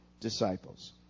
disciples